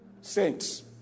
saints